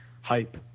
hype